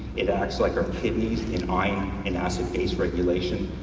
it acts like our kidneys in ah in acid base regulation,